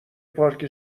پارک